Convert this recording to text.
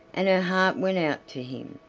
and her heart went out to him,